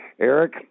Eric